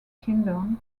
kingdom